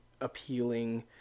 appealing